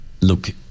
Look